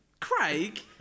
Craig